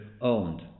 owned